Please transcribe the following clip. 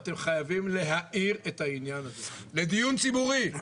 אתם חייבים להאיר את העניין הזה לדיון ציבורי.